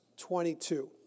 22